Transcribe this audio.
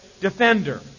defender